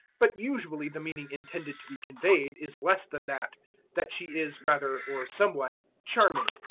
but usually the meaning intended to be conveyed is less than that that she is rather, or somewhat, charming.